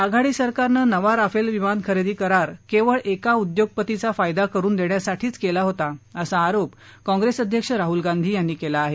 आघाडी सरकारनं नवा राफेल विमान खरेदी करार केवळ एका उद्योगपतीचा फायदा करुन देण्यासाठीच केला होता असा आरोप काँग्रेस अध्यक्ष राहूल गांधी यांनी केला आहे